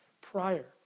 prior